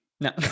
no